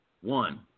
one